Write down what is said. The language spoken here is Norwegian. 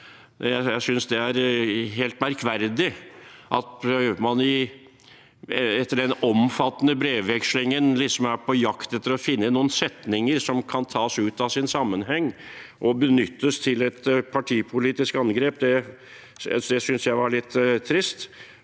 Jeg synes det er helt merkverdig at man etter den omfattende brevvekslingen liksom er på jakt etter å finne noen setninger som kan tas ut av sin sammenheng og benyttes til et partipolitisk angrep. Det synes jeg er litt trist,